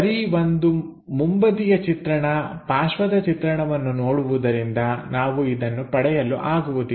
ಬರೀ ಒಂದು ಮುಂಬದಿಯ ಚಿತ್ರಣ ಪಾರ್ಶ್ವದ ಚಿತ್ರಣವನ್ನು ನೋಡುವುದರಿಂದ ನಾವು ಇದನ್ನು ಪಡೆಯಲು ಆಗುವುದಿಲ್ಲ